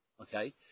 okay